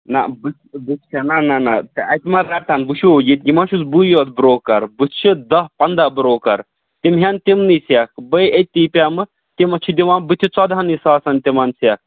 نہ بہٕ نہ نہ نہ تہِ ما رَٹَن وٕچھِو یہِ ما چھُس بے یوت بروکَر بٕتھِ چھُ دہ پَنٛدہ برٛوکَر تِم ہیٚن تِمنٕے سیٚکھ باے أتی پیٚمہٕ تِمن چھِ دِوان بتھِ ژۄدہنٕے ساسَن تِمَن سیٚکھ